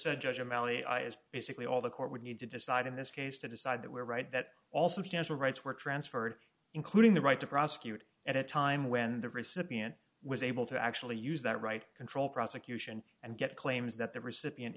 said judge or malli i is basically all the court would need to decide in this case to decide that we're right that also potential rights were transferred including the right to prosecute at a time when the recipient was able to actually use that right control prosecution and get claims that the recipient